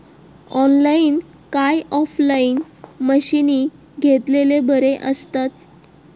Online काय offline मशीनी घेतलेले बरे आसतात?